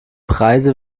preise